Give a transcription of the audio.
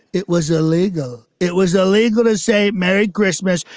it was illegal it was illegal to say merry christmas.